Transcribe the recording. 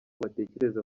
batekereza